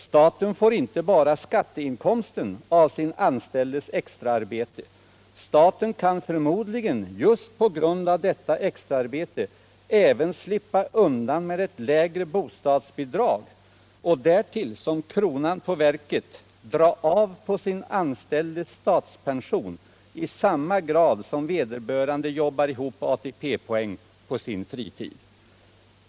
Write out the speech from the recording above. Staten får inte bara skatteinkomsten av sin anställdes extraarbete, utan staten kan förmodligen just på grund av detta extraarbete även slippa undan med ett lägre bostadsbidrag och därtill, som kronan på verket, dra av på sin anställdes statspension i samma grad som han arbetar ihop ATP-poäng på sin fritid.